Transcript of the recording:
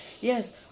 Yes